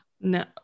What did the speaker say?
No